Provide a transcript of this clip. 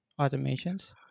automations